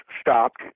stopped